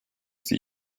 sie